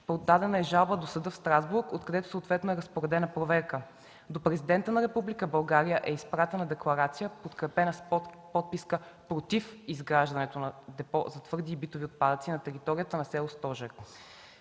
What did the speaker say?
дадена е жалба до съда в Страсбург, откъдето съответно е разпоредена проверка; до Президента на Република България е изпратена декларация, подкрепена с подписка против изграждането на „Депо за твърди и битови отпадъци” на територията на село Стожер.